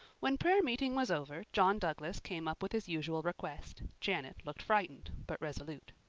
when prayer-meeting was over john douglas came up with his usual request. janet looked frightened but resolute.